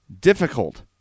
difficult